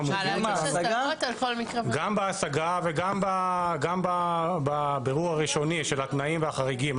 גם בהשגה וגם בבירור הראשוני של התנאים והחריגים.